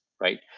Right